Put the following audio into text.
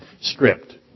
script